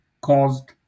caused